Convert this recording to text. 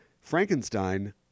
Frankenstein